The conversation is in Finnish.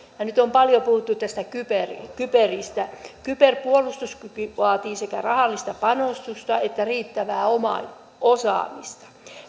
nyt on paljon puhuttu kyberistä kyberistä kyberpuolustuskyky vaatii sekä rahallista panostusta että riittävää osaamista